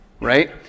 right